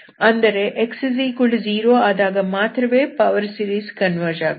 ಅಂದರೆ x0 ಆದಾಗ ಮಾತ್ರವೇ ಪವರ್ ಸೀರೀಸ್ ಕನ್ವರ್ಜ್ ಆಗುತ್ತದೆ